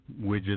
widgets